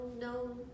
no